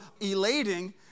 elating